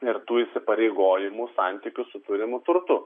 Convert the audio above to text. ir tų įsipareigojimų santykių su turimu turtu